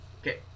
Okay